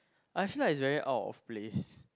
I feel like it's very out of place